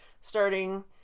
starting